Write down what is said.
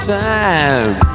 time